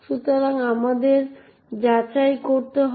সুতরাং আমাদের যে যাচাই করতে হবে